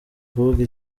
kuvuga